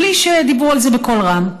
בלי שדיברו על זה בקול רם.